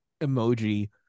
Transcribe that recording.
emoji